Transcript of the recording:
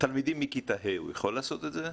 תלמידים מכיתה ה', הוא יכול לעשות את זה?